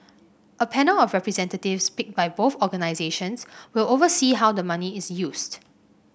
a panel of representatives picked by both organisations will oversee how the money is used